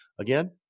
Again